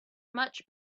much